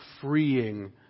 freeing